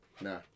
Nah